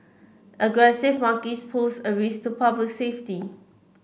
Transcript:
aggressive monkeys pose a risk to public safety